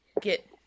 get